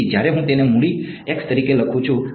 તેથી જ્યારે હું તેને મૂડી X તરીકે લખું છું